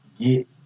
Get